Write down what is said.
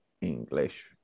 English